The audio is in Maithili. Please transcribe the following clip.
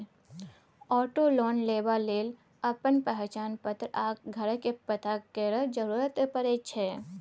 आटो लोन लेबा लेल अपन पहचान पत्र आ घरक पता केर जरुरत परै छै